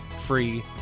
free